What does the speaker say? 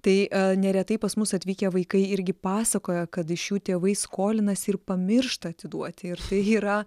tai neretai pas mus atvykę vaikai irgi pasakoja kad iš jų tėvai skolinasi ir pamiršta atiduoti ir tai yra